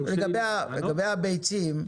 לגבי הביצים,